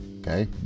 Okay